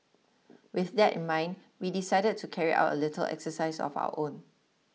with that in mind we decided to carry out a little exercise of our own